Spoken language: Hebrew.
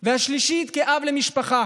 השלישית, כאב למשפחה